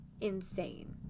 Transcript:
insane